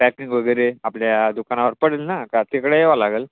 packing वगैरे आपल्या दुकानावर पडेल ना का तिकडे यावं लागेल